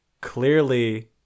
clearly